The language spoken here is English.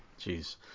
Jeez